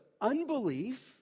unbelief